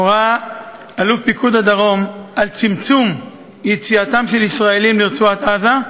הורה אלוף פיקוד הדרום על צמצום יציאתם של ישראלים לרצועת-עזה,